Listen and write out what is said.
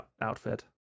outfit